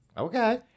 Okay